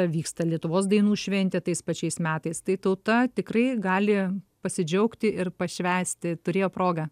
vyksta lietuvos dainų šventė tais pačiais metais tai tauta tikrai gali pasidžiaugti ir pašvęsti turėjo progą